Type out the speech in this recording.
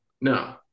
no